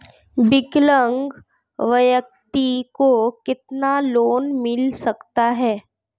विकलांग व्यक्ति को कितना लोंन मिल सकता है?